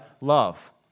love